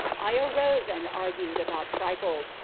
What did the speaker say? i arose and argued about trifles,